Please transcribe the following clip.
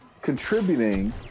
contributing